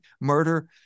murder